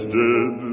dead